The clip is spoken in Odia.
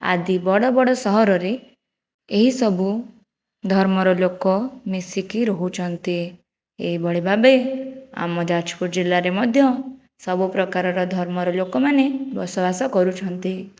ଆଦି ବଡ଼ ବଡ଼ ସହରରେ ଏହି ସବୁ ଧର୍ମର ଲୋକ ମିଶିକି ରହୁଛନ୍ତି ଏହିଭଳି ଭାବେ ଆମ ଯାଜପୁର ଜିଲ୍ଲାରେ ମଧ୍ୟ ସବୁ ପ୍ରକାରର ଧର୍ମର ଲୋକମାନେ ବସବାସ କରୁଛନ୍ତି